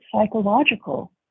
psychological